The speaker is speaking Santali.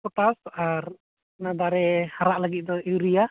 ᱯᱚᱴᱟᱥ ᱟᱨ ᱚᱱᱟ ᱫᱟᱨᱮ ᱦᱟᱨᱟᱜ ᱞᱟᱹᱜᱤᱫ ᱫᱚ ᱤᱭᱩᱨᱤᱭᱟ